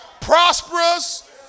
prosperous